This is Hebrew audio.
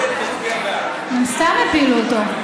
הם סתם הפילו אותו.